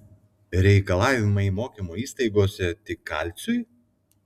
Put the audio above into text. reikalavimai mokymo įstaigose tik kalciui